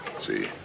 see